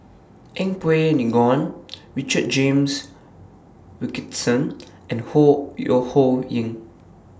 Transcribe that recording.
Yeng Pway Ngon Richard James Wilkinson and Ho Yo Ho Ying